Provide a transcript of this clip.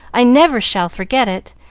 i never shall forget it,